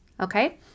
okay